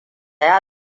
ya